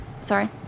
Sorry